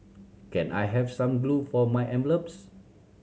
can I have some glue for my envelopes